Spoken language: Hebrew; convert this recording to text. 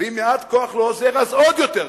ואם מעט כוח לא עוזר, אז עוד יותר כוח.